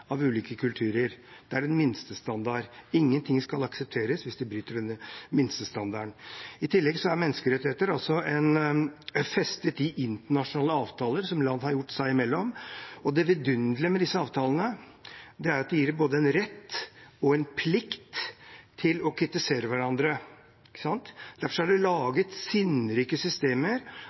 av ulike kulturer – det er en minstestandard. Ingenting skal aksepteres hvis det bryter med minstestandarden. I tillegg er menneskerettigheter festet i internasjonale avtaler som land har gjort seg imellom. Det vidunderlige med disse avtalene er at de gir både rett og plikt til å kritisere hverandre. Derfor er det laget sinnrike systemer